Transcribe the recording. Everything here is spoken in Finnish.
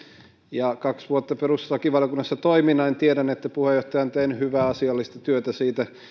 kaksi vuotta perustuslakivaliokunnassa toimineena tiedän että puheenjohtaja on tehnyt hyvää asiallista työtä siitä